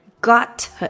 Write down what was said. Got